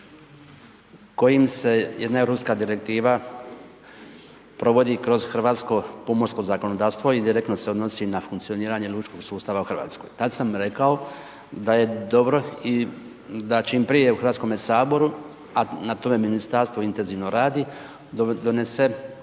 kojim se jedna europska direktiva provodi kroz hrvatsko pomorsko zakonodavstvo i direktno se odnosi na funkcioniranje lučkog sustava u Hrvatskoj. Tada sam rekao da je dobro i da čim prije u Hrvatskom saboru, a na tome ministarstvo intenzivno radi, donese